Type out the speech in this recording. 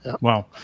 Wow